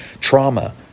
Trauma